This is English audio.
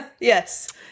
Yes